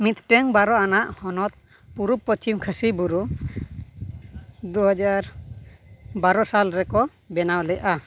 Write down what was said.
ᱢᱤᱫᱴᱟᱝ ᱵᱟᱨᱚ ᱟᱱᱟᱜ ᱦᱚᱱᱚᱛ ᱯᱩᱨᱩᱵ ᱯᱚᱥᱪᱤᱢ ᱠᱷᱟᱥᱤ ᱵᱩᱨᱩ ᱫᱩ ᱦᱟᱡᱟᱨ ᱵᱟᱨᱚ ᱥᱟᱞ ᱨᱮᱠᱚ ᱵᱮᱱᱟᱣ ᱞᱮᱜᱼᱟ